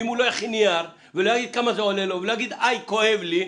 אם הוא לא יכין נייר ולא יאמר כמה זה עולה לו ולא יאמר שכואב לו,